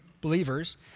believers